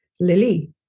Lily